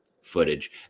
footage